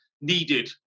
needed